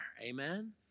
Amen